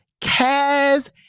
Kaz